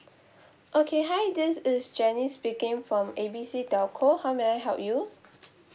okay hi this is janice speaking from A B C telco how may I help you